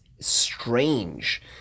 strange